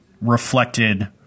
reflected